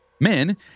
Men